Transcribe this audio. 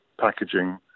packaging